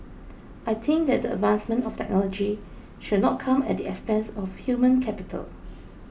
I think that the advancement of technology should not come at the expense of human capital